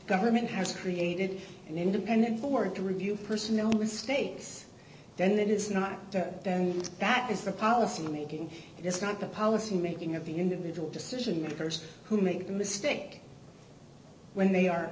government has created an independent board to review personnel mistakes then it is not them that is the policy making it's not the policy making of the individual decision makers who make a mistake when they are